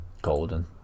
golden